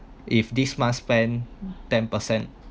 if this month spend ten percent